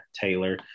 Taylor